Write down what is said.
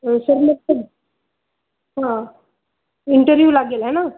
sir मग तर हां इंटरव्यू लागेल आहे ना